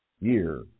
year